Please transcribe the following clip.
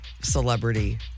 celebrity